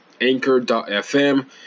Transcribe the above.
Anchor.fm